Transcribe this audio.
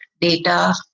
data